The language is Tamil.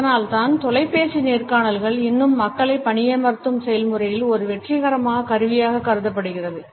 அதனால்தான் தொலைப்பேசி நேர்காணல்கள் இன்னும் மக்களை பணியமர்த்தும் செயல்முறையில் ஒரு வெற்றிகரமான கருவியாக கருதப்படுகின்றன